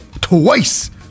TWICE